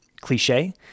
cliche